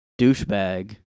douchebag